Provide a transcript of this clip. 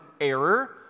error